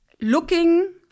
looking